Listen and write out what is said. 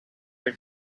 your